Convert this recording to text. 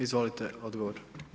Izvolite odgovor.